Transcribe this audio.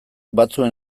batzuen